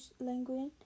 language